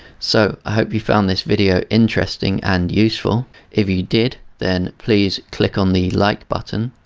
so i hope you found this video interesting and useful if you did then please click on the like button